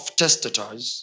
testators